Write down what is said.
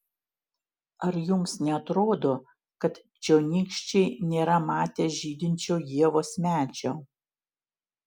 ar jums neatrodo kad čionykščiai nėra matę žydinčio ievos medžio